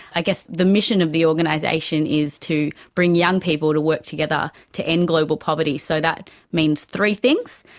i guess the mission of the organisation is to bring young people to work together to end global poverty. so that means three things.